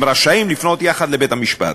הם רשאים לפנות יחד לבית-המשפט,